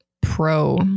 pro